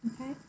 Okay